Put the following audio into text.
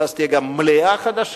ואז תהיה גם מליאה חדשה,